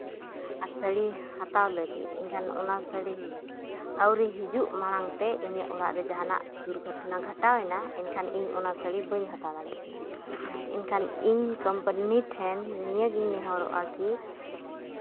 ᱟᱨ ᱥᱟᱹᱲᱤ ᱦᱟᱛᱟᱣ ᱞᱟᱹᱜᱤᱫ ᱮᱱᱠᱷᱟᱱ ᱚᱱᱟ ᱥᱟᱹᱲᱤ ᱟᱹᱣᱨᱤ ᱦᱤᱡᱩᱜ ᱢᱟᱲᱟᱝ ᱛᱮ ᱤᱧᱟᱹᱜ ᱚᱲᱟᱜ ᱨᱮ ᱡᱟᱦᱟᱱᱟᱜ ᱫᱩᱨᱜᱷᱚᱴᱚᱱᱟ ᱜᱷᱚᱴᱟᱣ ᱮᱱᱟ ᱮᱱᱠᱷᱟᱱ ᱤᱧ ᱚᱱᱟ ᱥᱟᱹᱲᱤ ᱵᱟᱹᱧ ᱦᱟᱛᱟᱣᱟ ᱮᱱᱠᱷᱟᱱ ᱤᱧ ᱠᱳᱢᱯᱟᱱᱤ ᱴᱷᱮᱱ ᱱᱤᱭᱟᱹᱜᱤᱧ ᱱᱮᱦᱚᱨᱚᱜᱼᱟ ᱠᱤ